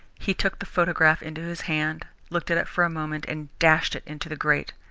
he took the photograph into his hand, looked at it for a moment, and dashed it into the grate.